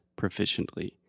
proficiently